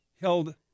Held